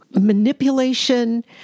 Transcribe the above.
manipulation